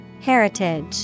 Heritage